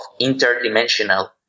interdimensional